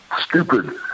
stupid